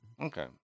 Okay